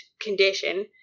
condition